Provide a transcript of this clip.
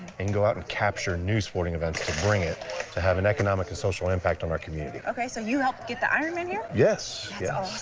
and go out and capture new sporting events to bring in to have an economic and social impact on our community. okay. so you helped get the ironman here? yes, yes,